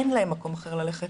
אין להם מקום אחר ללכת.